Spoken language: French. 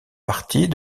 partie